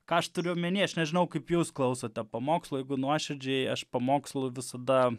ką aš turiu omeny aš nežinau kaip jūs klausote pamokslo jeigu nuoširdžiai aš pamokslų visada